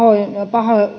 pahaa